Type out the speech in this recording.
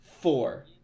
four